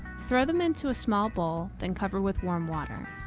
throw them into a small bowl then cover with warm water.